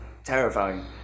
Terrifying